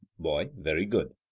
boy very good.